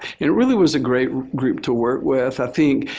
it really was a great group to work with. i think,